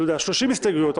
30 הסתייגויות,